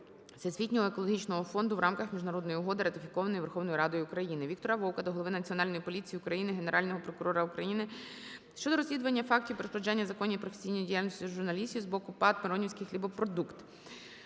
Всесвітнього екологічного фонду, в рамках міжнародної угоди, ратифікованої Верховною Радою України. Віктора Вовка до голови Національної поліції України, Генерального прокурора України щодо розслідування фактів перешкоджання законній професійній діяльності журналістів з боку ПАТ "Миронівський хлібопродукт".